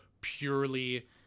purely